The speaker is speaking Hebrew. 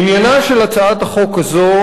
עניינה של הצעת החוק הזאת